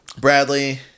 Bradley